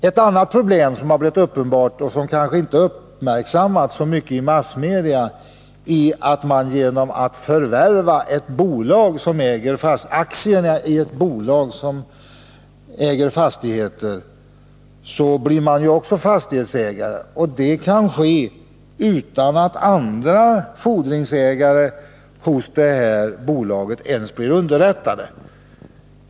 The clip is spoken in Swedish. Ett annat problem som har blivit uppenbarat, men som kanske inte uppmärksammats så mycket i massmedia, är att man genom att förvärva aktierna i ett bolag som äger fastigheter också blir fastighetsägare. Det kan ske utan att andra fordringsägare hos det här bolaget ens blir underrättade.